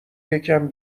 یکم